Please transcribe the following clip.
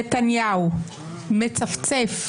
העובדה שנתניהו מצפצף,